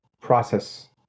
process